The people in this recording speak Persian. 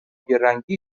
رنگی